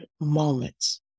moments